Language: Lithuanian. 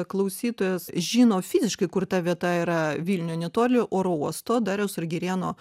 klausytojas žino fiziškai kur ta vieta yra vilniuj netoli oro uosto dariaus ir girėno